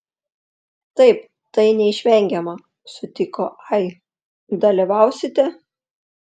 taip tai neišvengiama sutiko ai dalyvausite